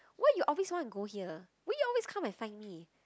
why you always wanna go here why you always come and find me